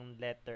letter